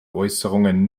äußerungen